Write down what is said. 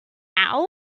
out